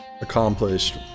accomplished